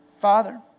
Father